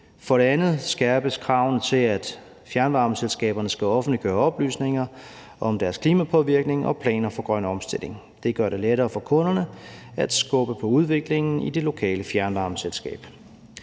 For det andet skærpes kravene til, at fjernvarmeselskaberne skal offentliggøre oplysninger om deres klimapåvirkning og planer for grøn omstilling. Det gør det lettere for kunderne at skubbe på udviklingen i det lokale fjernvarmeselskab.